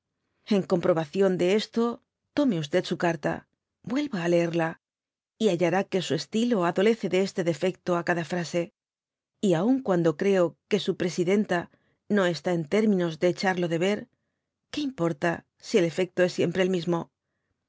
en comprobación de esto tome su carta yuelya á leerla y hallará que su estilo adolece de este defecto á cada frase y aun cuando creo que su presidenta no está en términos de echarlo de ver que importa si el efecto es siempre el mismo